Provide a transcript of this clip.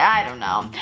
i don't know,